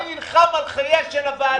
אני נלחם על חייה של הוועדה.